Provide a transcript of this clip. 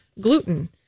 gluten